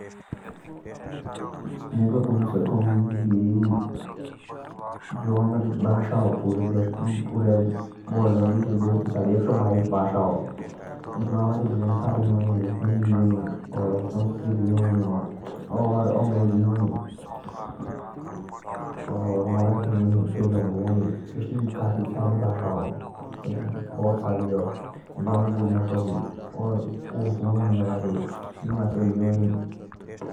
मुकै काम से काम भी जो भाषा आ पूरे देशाँदे। से बहुतीसारी आ अक्सोबाइस भाषा आ। जो हमारी जौंसारी हिन्दी मेराथी।